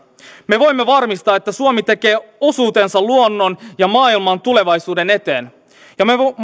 me voimme varmistaa että suomi tekee osuutensa luonnon ja maailman tulevaisuuden eteen ja me